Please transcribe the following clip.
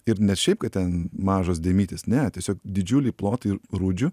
ir ne šiaip kad ten mažos dėmytės ne tiesiog didžiuliai plotai rūdžių